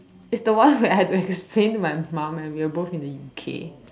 it's the one where I had to explain to my mum when we were both in the U_K